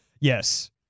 Yes